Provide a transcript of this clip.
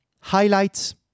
highlights